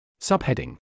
Subheading